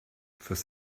fürs